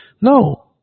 No